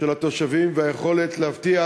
של התושבים והיכולת להבטיח